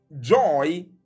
joy